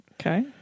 Okay